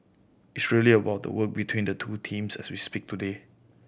it's really about the work between the two teams as we speak today